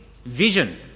vision